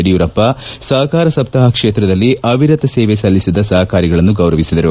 ಯಡಿಯೂರಪ್ಪ ಸಹಕಾರ ಸಪ್ತಾಹ ಕ್ಷೇತ್ರದಲ್ಲಿ ಅವಿರತ ಸೇವೆ ಸಲ್ಲಿಸಿದ ಸಹಕಾರಿಗಳನ್ನು ಗೌರವಿಸಿದರು